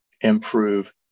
improve